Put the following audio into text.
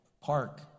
Park